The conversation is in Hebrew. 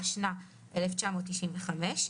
התשנ"ה 1995,